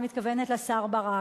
אני מתכוונת לשר ברק,